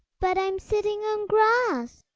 but i'm sitting on grass,